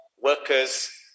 workers